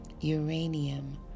uranium